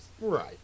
Right